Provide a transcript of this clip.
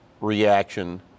reaction